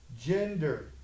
gender